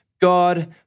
God